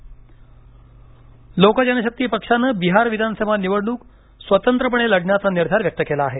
लोक जनशक्ती बिहार लोक जनशक्ती पक्षांनं बिहार विधानसभा निवडणूक स्वतंत्रपणे लढण्याचा निर्धार व्यक्त केला आहे